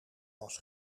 was